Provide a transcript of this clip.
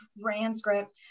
transcript